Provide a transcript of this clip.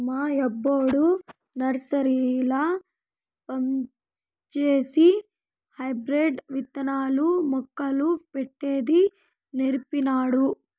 మా యబ్బొడు నర్సరీల పంజేసి హైబ్రిడ్ విత్తనాలు, మొక్కలు పెట్టేది నీర్పినాడు